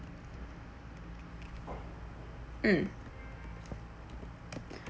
mm